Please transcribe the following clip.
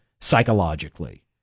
psychologically